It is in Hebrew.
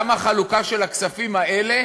למה החלוקה של הכספים האלה